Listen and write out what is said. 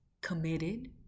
committed